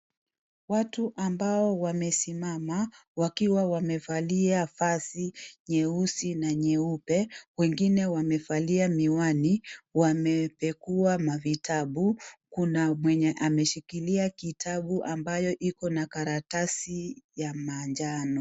Watu ambao wamesimama, wakiwa wamevalia vazi, nyeusi na nyeupe, wengine wamevalia miwani, wamepekuwa mavitabu, kuna mwenye ameshikilia kitabu ambayo ikona karatasi ya manjano.